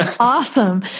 Awesome